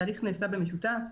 התהליך נעשה במשותף.